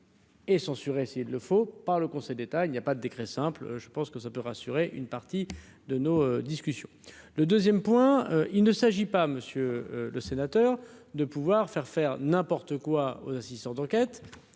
essayer de le faux par le Conseil d'État, il n'y a pas de décret simple. Je pense que ça peut rassurer une partie de nos discussions, le 2ème point : il ne s'agit pas, monsieur le sénateur, de pouvoir faire faire n'importe quoi, 6 ans d'enquête